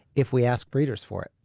if we ask breeders for it.